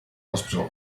hospital